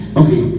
okay